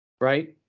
Right